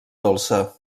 dolça